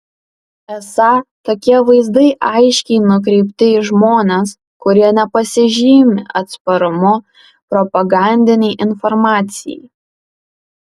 esą tokie vaizdai aiškiai nukreipti į žmones kurie nepasižymi atsparumu propagandinei informacijai